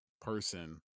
person